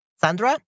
Sandra